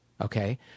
Okay